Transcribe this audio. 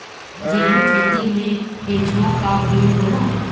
जैविक खेती मे केचुआ का उपयोग होला?